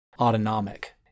autonomic